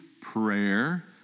prayer